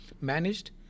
managed